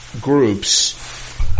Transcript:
groups